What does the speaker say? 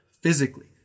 physically